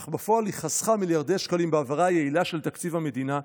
אך בפועל היא חסכה מיליארדי שקלים בהעברה יעילה של תקציב המדינה,